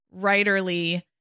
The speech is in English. writerly